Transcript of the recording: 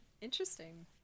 Interesting